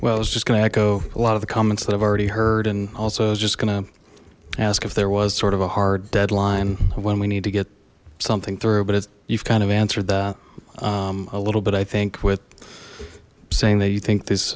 well it's just gonna echo a lot of the comments that i've already heard and also i was just gonna ask if there was sort of a hard deadline when we need to get something through but it's you've kind of answered that a little bit i think with saying that you think this